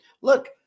Look